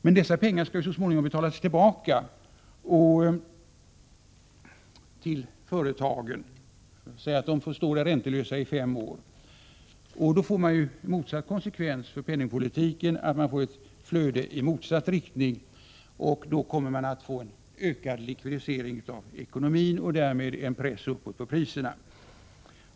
Men dessa pengar skall så småningom betalas tillbaka till företagen — de får stå räntelösa i fem år — och då får man en motsatt effekt och en ökande likvidisering av ekonomin och därmed en press uppåt på priserna.